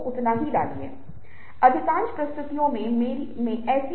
संचार और सामाजिक संचार के एक बहुत ही महत्वपूर्ण पहलुओं के रूप में संगीत आता है